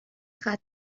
ختنه